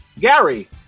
Gary